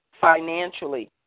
financially